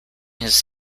his